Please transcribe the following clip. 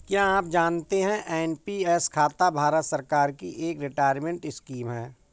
क्या आप जानते है एन.पी.एस खाता भारत सरकार की एक रिटायरमेंट स्कीम है?